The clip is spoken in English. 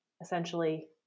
essentially